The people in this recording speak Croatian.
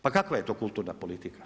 Pa kakva je to kulturna politika?